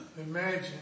imagine